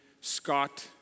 Scott